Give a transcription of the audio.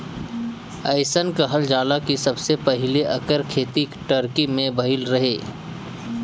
अइसन कहल जाला कि सबसे पहिले एकर खेती टर्की में भइल रहे